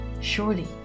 Surely